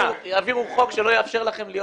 יעבירו חוק שלא יאפשר לכם להיות